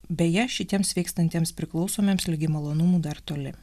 beje šitiems sveikstantiems priklausomiems ligi malonumų dar toli